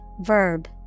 verb